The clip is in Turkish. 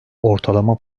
ortalama